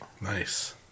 Nice